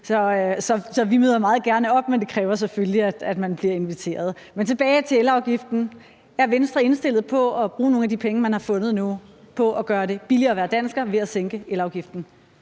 Så vi møder meget gerne op, men det kræver selvfølgelig, at man bliver inviteret. Men tilbage til elafgiften: Er Venstre indstillet på at bruge nogle af de penge, man har fundet nu, på at gøre det billigere at være dansker ved at sænke elafgiften?